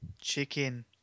chicken